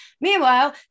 Meanwhile